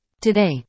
Today